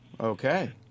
okay